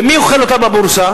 ומי אוכל אותה בבורסה?